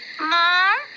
Mom